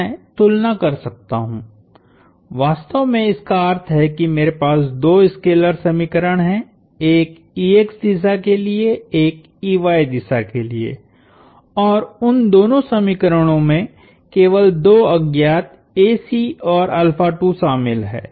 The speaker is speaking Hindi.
मैं तुलना कर सकता हूँ वास्तव में इसका अर्थ है कि मेरे पास दो स्केलर समीकरण हैं एकदिशा के लिए एकदिशा के लिए और उन दोनों समीकरणों में केवल दो अज्ञातऔरशामिल हैं